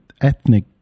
ethnic